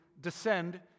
descend